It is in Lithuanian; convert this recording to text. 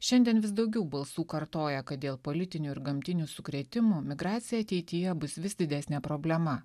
šiandien vis daugiau balsų kartoja kad dėl politinių ir gamtinių sukrėtimų migracija ateityje bus vis didesnė problema